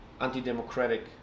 anti-democratic